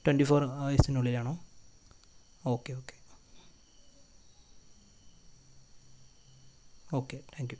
twenty four ഹവേഴ്സ്ന് ഉള്ളിലാണോ okay okay okay thank U